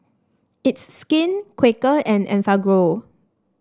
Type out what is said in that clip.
It's Skin Quaker and Enfagrow